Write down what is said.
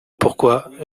pourquoi